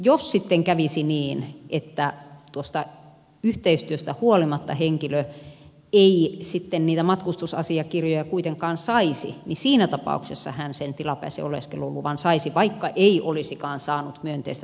jos sitten kävisi niin että tuosta yhteistyöstä huolimatta henkilö ei sitten niitä matkustusasiakirjoja kuitenkaan saisi niin siinä tapauksessa hän sen tilapäisen oleskeluluvan saisi vaikka ei olisikaan saanut myönteistä turvapaikkapäätöstä